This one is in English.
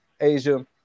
Asia